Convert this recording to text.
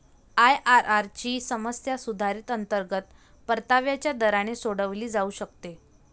IRR ची समस्या सुधारित अंतर्गत परताव्याच्या दराने सोडवली जाऊ शकते